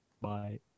Bye